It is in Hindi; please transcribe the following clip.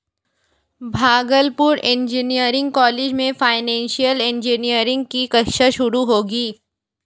भागलपुर इंजीनियरिंग कॉलेज में फाइनेंशियल इंजीनियरिंग की कक्षा शुरू होगी